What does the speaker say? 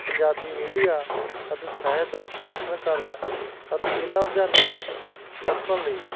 Punjabi media ਅਤੇ ਸਾਹਿਤ ਦਾ ਸਮਰਥਨ ਕਰਨ ਅਤੇ ਇਹਨਾਂ ਰੁਝਾਨਾਂ ਨੂੰ ਰੋਕਣ ਲਈ